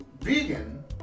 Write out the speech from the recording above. vegan